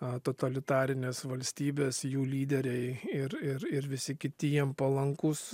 a totalitarinės valstybės jų lyderiai ir ir ir visi kiti jiem palankūs